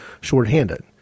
shorthanded